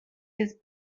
his